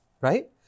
right